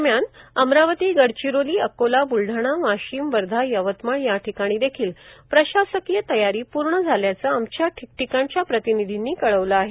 दरम्यान अमरावती गडचिरोली अकोला ब्लढाणा वाशीम वर्धा यवतमाळ याठीकानी देखील प्रशाकीय तयारी पूर्ण झाल्याचे आमच्या ठीकठीनच्या प्रतिनिधींनी कळवले आहे